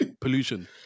pollution